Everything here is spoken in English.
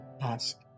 ask